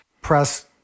press